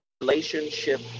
relationship